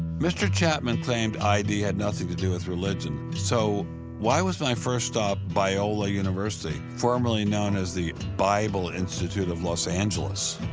mr. chapman claimed id had nothing to do with religion, so why was my first stop biola university, formerly known as the bible institute of los angeles?